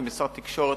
משרד התקשורת,